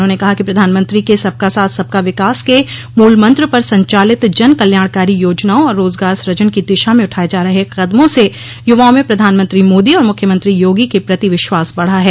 उन्होंने कहा कि प्रधानमंत्री के सबका साथ सबका विकास के मूल मंत्र पर संचालित जन कल्याणकारी योजनाओं और रोजगार सूजन की दिशा में उठाये जा रहे कदमों से युवाओं में प्रधानमंत्री मोदी और मुख्यमंत्री योगी के प्रति विश्वास बढ़ा है